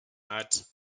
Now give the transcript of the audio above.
art